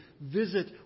visit